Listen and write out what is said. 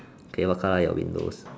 okay what colour are your windows